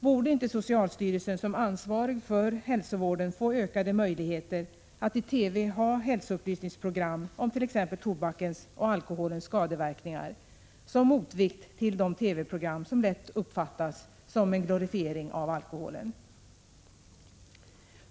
Borde inte socialstyrelsen som ansvarig för hälsovården få ökade möjligheter att i TV ha hälsoupplysningsprogram om t.ex. tobakens och alkoholens skadeverkningar, som motvikt till de TV-program som lätt uppfattas som en glorifiering av alkoholen?